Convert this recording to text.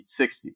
60